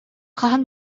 хаһан